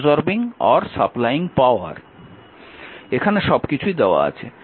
এখানে সবকিছু দেওয়া আছে